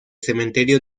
cementerio